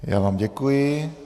Já vám děkuji.